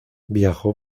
viajó